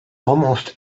almost